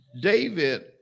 David